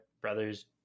brothers